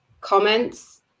comments